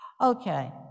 Okay